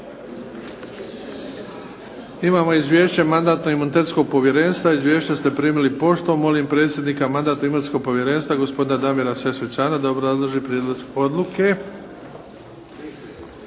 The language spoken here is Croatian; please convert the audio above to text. Imamo Izvješće mandatno-imunitetnog povjerenstva. Izvješće ste primili poštom. Molim predsjednika Mandatno-imunitetnog povjerenstva gospodina Damira Sesvečana da obrazloži prijedlog odluke.